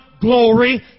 glory